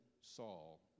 Saul